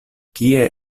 kie